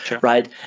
right